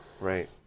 right